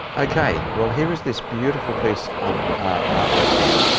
okay, well here is this beautiful piece of art work here,